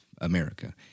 America